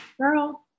Girl